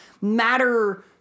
matter